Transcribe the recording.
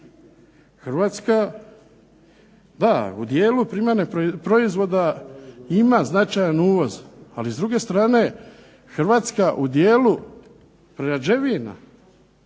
Hrvatska, da u dijelu primarnih proizvoda ima značajan uvoz, ali s druge strane hrvatska u dijelu prerađevina,